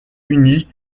unis